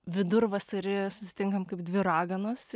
vidurvasary susitinkame kaip dvi raganos